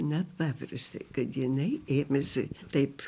nepaprastai kad jinai ėmėsi taip